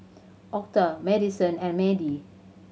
Octa Madyson and Madie